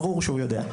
ברור שהוא יודע.